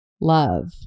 love